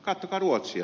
katsokaa ruotsia